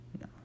no